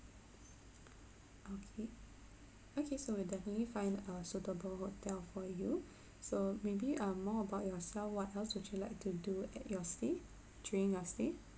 okay okay so we'll definitely find a suitable hotel for you so maybe uh more about yourself what else would you like to do at your stay during your stay